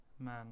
Man